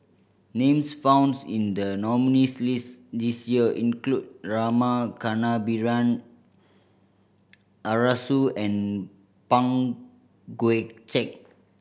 names found in the nominees' list this year include Rama Kannabiran Arasu and Pang Guek Cheng